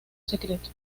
secreto